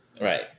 Right